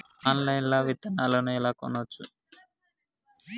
Online లా విత్తనాలను ఎట్లా కొనచ్చు?